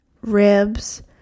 ribs